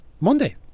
Monday